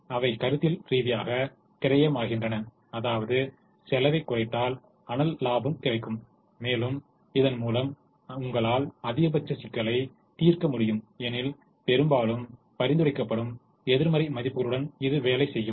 எனவே அவை கருத்தியல் ரீதியாக கிரயமாகின்றன அதாவது செலவை குறைத்தால் அனால் லாபம் அதிகரிக்கும் மேலும் இதன்மூலம் உங்களால் அதிகபட்ச சிக்கலைத் தீர்க்க முடியும் எனில் பெரும்பாலும் பரிந்துரைக்கப்படும் எதிர்மறை மதிப்புகளுடன் இது வேலை செய்யும்